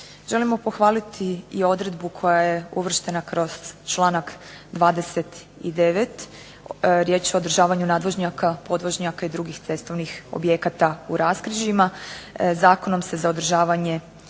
Želimo pohvaliti i odredbu koja je uvrštena kroz članak 29. Riječ je o održavanju nadvožnjaka, podvožnjaka i drugih cestovnih objekata u raskrižjima. Zakonom se za održavanje